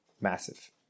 massive